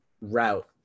route